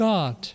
God